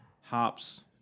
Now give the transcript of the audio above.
hops